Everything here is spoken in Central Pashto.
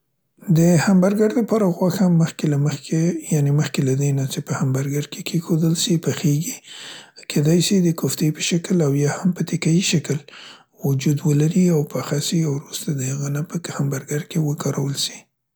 د همبرګر دپاره غوښه مخکې له مخکې یعنې مخکې له دینه چې په همبرګر کې کیښودل سي، پخیګي کیدای سي د کوفتې په شکل یا هم په تکه یي شکل وجود ولري او پخه سي او وروسته د هغه نه په همبرګر کې وکارول سي.